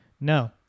no